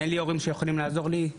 אין לי הורים שיכולים לעזור לי,